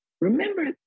Remember